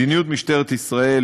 מדיניות משטרת ישראל,